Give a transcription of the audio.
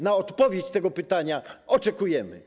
Na odpowiedź na to pytanie oczekujemy.